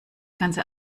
ganze